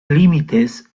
límites